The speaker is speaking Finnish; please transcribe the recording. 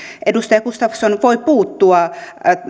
edustaja gustafsson voi puuttua